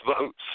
votes